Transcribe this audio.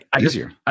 easier